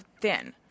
thin